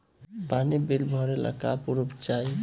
पानी बिल भरे ला का पुर्फ चाई?